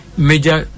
major